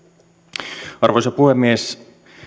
arvoisa puhemies